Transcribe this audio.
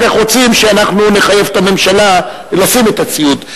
כך רוצים שאנחנו נחייב את הממשלה לשים את הציוד.